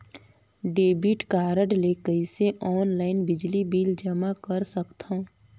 Debit card ले कइसे online बिजली बिल जमा कर सकथव?